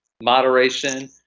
moderation